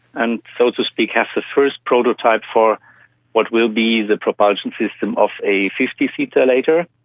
and, so to speak, have the first prototype for what will be the propulsion system of a fifty seater later.